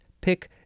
pick